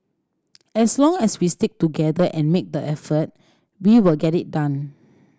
as long as we stick together and make the effort we will get it done